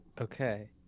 Okay